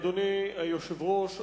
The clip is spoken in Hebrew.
אדוני היושב-ראש,